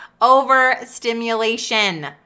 Overstimulation